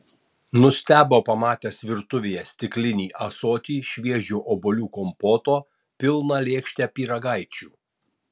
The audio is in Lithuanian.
nustebo pamatęs virtuvėje stiklinį ąsotį šviežio obuolių kompoto pilną lėkštę pyragaičių